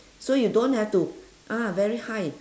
so you don't have to ah very high